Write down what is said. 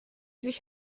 sich